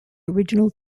original